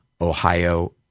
Ohio